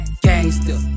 gangster